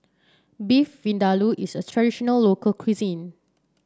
Beef Vindaloo is a traditional local cuisine